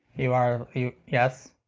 you are, you, yes?